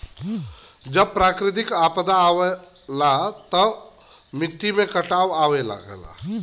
जब प्राकृतिक आपदा आवला त मट्टी में कटाव आवे लगला